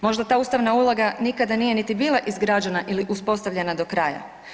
Možda ta ustavna uloga nikada nije niti bila izgrađena ili uspostavljena do kraja.